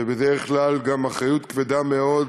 ובדרך כלל גם אחריות כבדה מאוד,